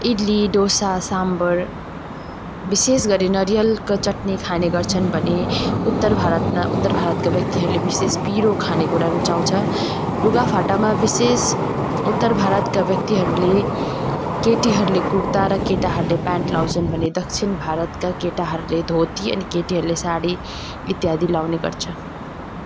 इडली डोसा साम्भर विशेष गरी नरिवलको चट्नी खाने गर्छन् भने उत्तर भारतमा उत्तर भारतका व्यक्तिहरूले विशेष पिरो खाने कुरा रुचाउँछ लुगाफाटामा विशेष उत्तर भारतका व्यक्तिहरूले केटीहरूले कुर्ता र केटाहरूले प्यान्ट लगाउँछन् भने दक्षिण भारतका केटाहरूले धोती अनि केटीहरूले साडी इत्यादि लगाउने गर्छ